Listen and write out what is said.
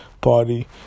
Party